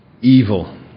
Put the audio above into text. evil